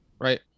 right